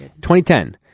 2010